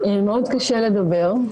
מאוד קשה לדבר.